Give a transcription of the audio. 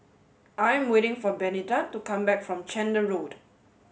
I am waiting for Benita to come back from Chander Road